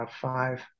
five